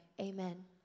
amen